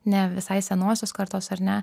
ne visai senosios kartos ar ne